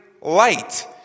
light